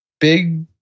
big